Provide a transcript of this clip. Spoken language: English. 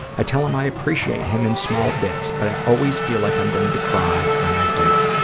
i'd tell him i appreciate him in small bits, but i always feel like i'm going to cry when i do.